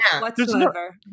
whatsoever